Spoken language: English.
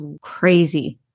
crazy